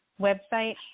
website